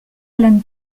allan